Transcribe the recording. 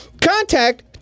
contact